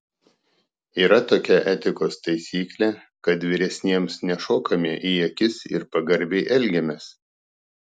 yra tokia etikos taisyklė kad vyresniems nešokame į akis ir pagarbiai elgiamės